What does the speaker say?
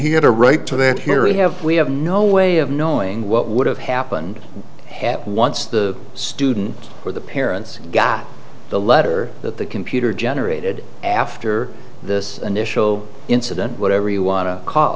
he had a right to their theory have we have no way of knowing what would have happened happen once the student or the parents got the letter that the computer generated after this initial incident whatever you want to call